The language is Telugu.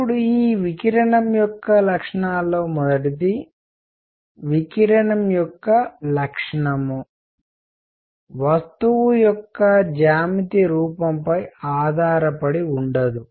ఇప్పుడు ఈ వికిరణం యొక్క లక్షణాలలో మొదటిది వికిరణం యొక్క స్వభావం వస్తువు యొక్క జ్యామితి రూపంపై ఆధారపడి ఉండదు